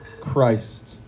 Christ